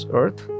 earth